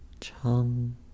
Chum